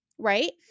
Right